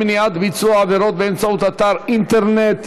מניעת ביצוע עבירות באמצעות אתר אינטרנט,